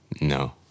No